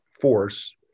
force